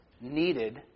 needed